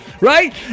Right